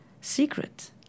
secret